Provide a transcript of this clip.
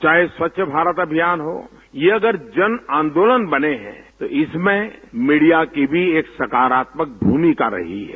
चाहे स्वच्छ भारत अभियान हो यह अगर जन आंदोलन बने तो इसमें मीडिया की भी एक सकारात्मक भूमिका रही है